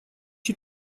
you